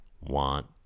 Want